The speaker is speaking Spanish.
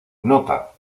nota